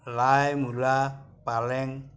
লাই মূলা পালেং